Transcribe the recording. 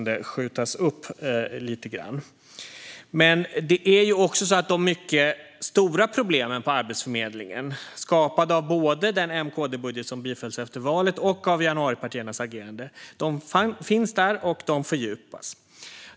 Det är också så att de mycket stora problemen på Arbetsförmedlingen, skapade av både den M-KD-budget som bifölls efter valet och av januaripartiernas agerande, finns där och fördjupas.